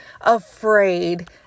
afraid